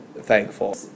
thankful